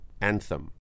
Anthem